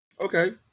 Okay